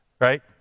Right